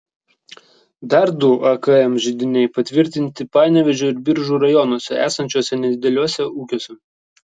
dar du akm židiniai patvirtinti panevėžio ir biržų rajonuose esančiuose nedideliuose ūkiuose